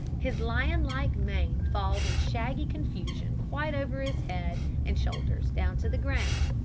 his lion-like mane falls in shaggy confusion quite over his head and shoulders, down to the ground.